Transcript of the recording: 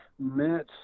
met